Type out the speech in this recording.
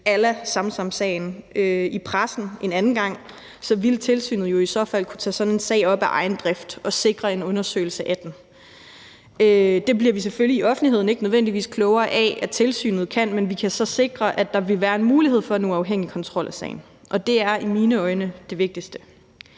a la Samsamsagen i pressen en anden gang, ville tilsynet jo i så fald kunne tage sådan en sag op af egen drift og sikre en undersøgelse af den. Det bliver vi selvfølgelig i offentligheden ikke nødvendigvis klogere af at tilsynet kan, men vi kan sikre, at der vil være en mulighed for en uafhængig kontrol af sagen, og det er i mine øjne det vigtigste.